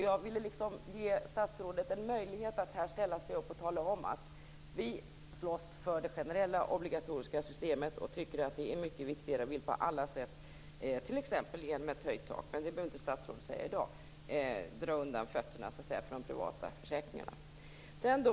Jag ville ge statsrådet en möjlighet att här tala om att man slåss för det generella obligatoriska systemet, tycker att det är viktigare och vill på alla sätt - t.ex. genom att höja taket även om statsrådet inte behöver säga det i dag - dra undan fötterna för de privata försäkringarna.